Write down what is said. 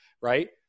right